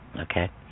okay